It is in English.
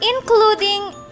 including